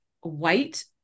white